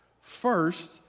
first